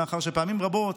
מאחר שפעמים רבות